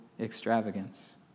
extravagance